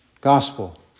gospel